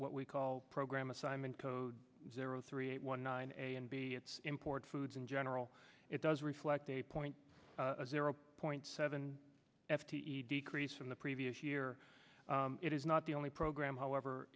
what we call program assignment code zero three eight one nine a and b its import foods in general it does reflect a point of zero point seven f t e decrease from the previous year it is not the only program however